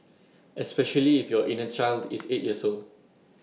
especially if your inner child is eight years old